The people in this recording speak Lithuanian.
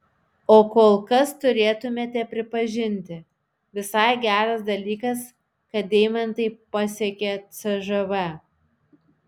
o kol kas turėtumėte pripažinti visai geras dalykas kad deimantai pasiekė cžv